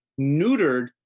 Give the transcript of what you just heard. neutered